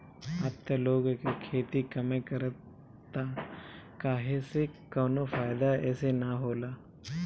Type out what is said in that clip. अब त लोग एकर खेती कमे करता काहे से कवनो फ़ायदा एसे न होला